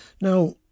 Now